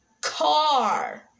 car